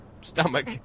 stomach